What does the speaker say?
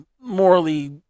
morally